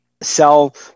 sell